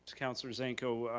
councilor zanko,